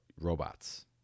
robots